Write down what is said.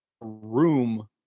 room